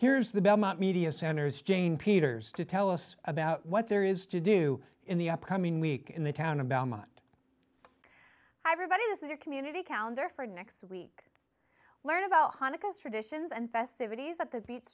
here's the belmont media centers jane peters to tell us about what there is to do in the upcoming week in the town about not everybody is your community calendar for next week learn about hanukkah's traditions and festivities at the bea